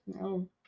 No